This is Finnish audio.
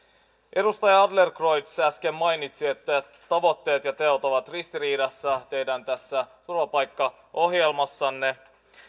edustaja adlercreutz äsken mainitsi että tavoitteet ja teot ovat ristiriidassa tässä teidän turvapaikkaohjelmassanne